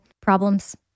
problems